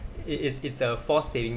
it is it's a forced saving